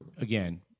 again